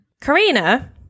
Karina